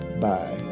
Bye